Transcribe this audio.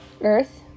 Earth